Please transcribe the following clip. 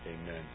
amen